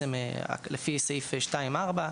לפי סעיף 2(4),